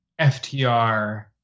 ftr